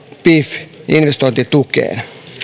pif investointitukeen